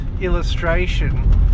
illustration